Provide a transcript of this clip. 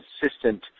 consistent